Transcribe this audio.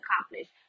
accomplished